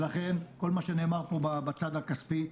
ולכן, כל מה שנאמר פה בצד הכספי,